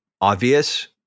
obvious